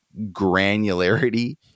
granularity